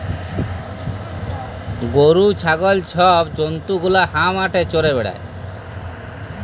গরু, ছাগল ছব জল্তু গুলা হাঁ মাঠে চ্যরে বেড়ায়